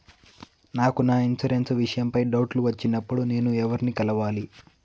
నాకు నా ఇన్సూరెన్సు విషయం పై డౌట్లు వచ్చినప్పుడు నేను ఎవర్ని కలవాలి?